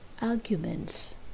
Arguments